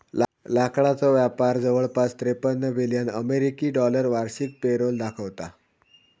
लाकडाचो व्यापार जवळपास त्रेपन्न बिलियन अमेरिकी डॉलर वार्षिक पेरोल दाखवता